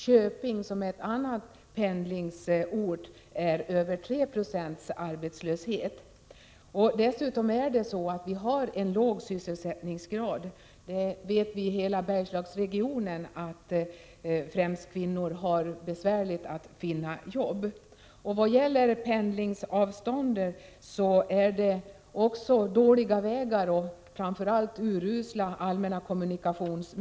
Köping, som är en annan pendlingsort, har över 3 96 arbetslöshet. Dessutom har vi en låg sysselsättningsgrad i hela Bergslagsregionen. Vi vet att främst kvinnor har svårt att finna jobb. När det gäller pendling vill jag framhålla att vi har dåliga vägar och framför allt urusla allmänna kommunikationer.